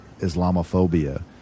Islamophobia